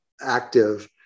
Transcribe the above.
active